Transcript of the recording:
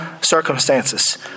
circumstances